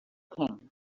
king